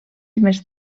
més